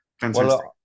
fantastic